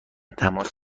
تماس